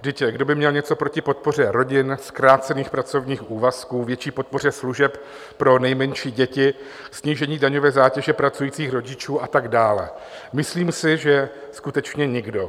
Vždyť kdo by měl něco proti podpoře rodin, zkrácených pracovních úvazků, větší podpoře služeb pro nejmenší děti, snížení daňové zátěže pracujících rodičů a tak dále, myslím si, že skutečně nikdo.